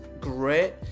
great